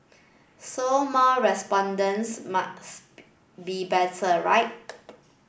so more respondents must be better right